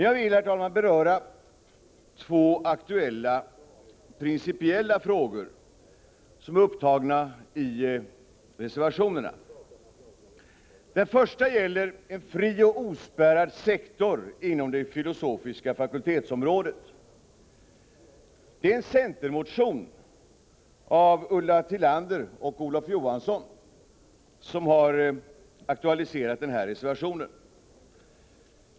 Jag vill, herr talman, beröra två aktuella principiella frågor som är upptagna i reservationerna. Den första gäller en fri och ospärrad sektor inom det filosofiska fakultetsområdet. Det är en centermotion av Ulla Tillander och Olof Johansson som har aktualiserat denna reservation.